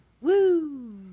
Woo